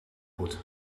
goed